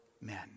men